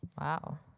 Wow